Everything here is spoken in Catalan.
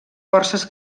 forces